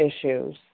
issues